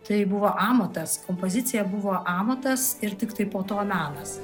tai buvo amatas kompozicija buvo amatas ir tiktai po to menas